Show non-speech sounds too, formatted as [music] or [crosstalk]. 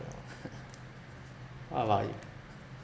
don't know [laughs] what about you